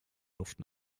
luft